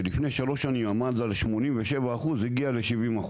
שלפני שלוש שנים עמד על 87% הגיע ל-70%,